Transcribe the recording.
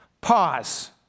Pause